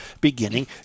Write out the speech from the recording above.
beginning